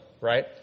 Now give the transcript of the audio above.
right